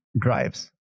drives